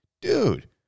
dude